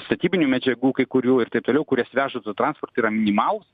statybinių medžiagų kai kurių ir taip toliau kurias veža su transportu yra minimalūs